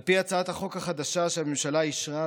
על פי הצעת החוק החדשה שהממשלה אישרה,